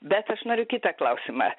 bet aš noriu kitą klausimą